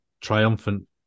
triumphant